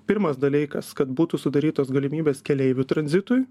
pirmas dalykas kad būtų sudarytos galimybės keleivių tranzitui